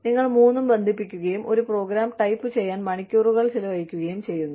നിങ്ങൾ മൂന്നും ബന്ധിപ്പിക്കുകയും ഒരു പ്രോഗ്രാം ടൈപ്പുചെയ്യാൻ മണിക്കൂറുകൾ ചെലവഴിക്കുകയും ചെയ്യുന്നു